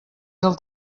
del